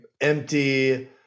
empty